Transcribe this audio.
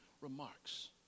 remarks